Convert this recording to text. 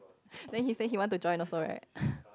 then he say he wanted to join also right